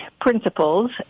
principles